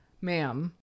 Ma'am